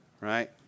Right